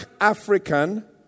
African